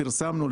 פרסמנו,